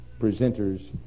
presenters